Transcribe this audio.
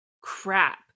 crap